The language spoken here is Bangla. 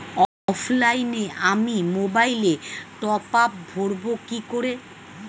অফলাইনে আমি মোবাইলে টপআপ ভরাবো কি করে?